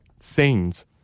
scenes